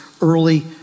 early